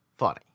Funny